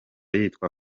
yitwa